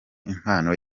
impano